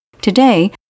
Today